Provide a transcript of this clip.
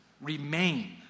remain